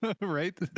right